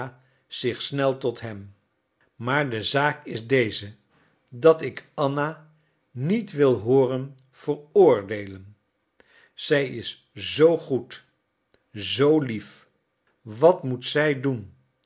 zich snel tot hem maar de zaak is deze dat ik anna niet wil hooren veroordeelen zij is zoo goed zoo lief wat moet zij doen